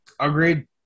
Agreed